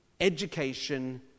education